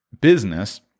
business